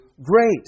Great